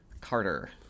carter